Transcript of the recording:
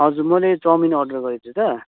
हजुर मैले chow mein order गरेको थिएँ त